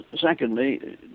Secondly